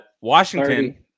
Washington